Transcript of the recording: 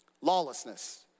Lawlessness